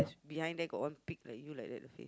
behind there got one pig like you like the face